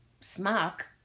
smock